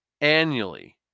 annually